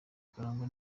karangwa